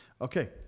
Okay